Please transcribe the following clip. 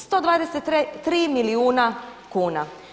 123 milijuna kuna.